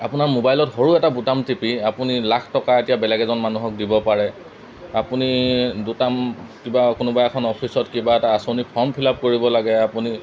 আপোনাৰ মোবাইলত সৰু এটা বুটাম টিপি আপুনি লাখ টকা এতিয়া বেলেগ এজন মানুহক দিব পাৰে আপুনি দুটাম কিবা কোনোবা এখন অফিচত কিবা এটা আঁচনি ফৰ্ম ফিলআপ কৰিব লাগে আপুনি